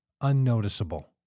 unnoticeable